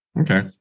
Okay